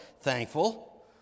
thankful